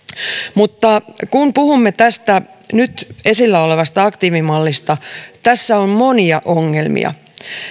mutta kun puhumme tästä nyt esillä olevasta aktiivimallista tässä on monia ongelmia